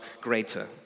greater